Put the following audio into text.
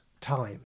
time